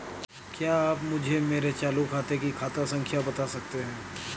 क्या आप मुझे मेरे चालू खाते की खाता संख्या बता सकते हैं?